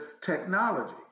technology